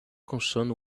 concerned